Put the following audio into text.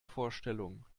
vorstellung